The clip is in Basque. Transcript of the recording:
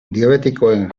diabetikoen